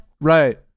Right